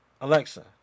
alexa